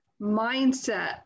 mindset